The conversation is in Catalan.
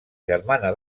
germana